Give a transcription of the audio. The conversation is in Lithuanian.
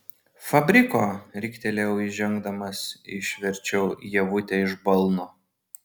fabriko riktelėjau įžengdamas išverčiau ievutę iš balno